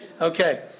Okay